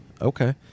Okay